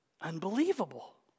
Unbelievable